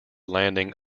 landing